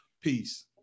peace